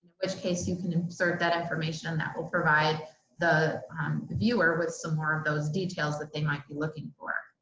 which case you can insert that information and that will provide the viewer with some more of those details that they might be looking for.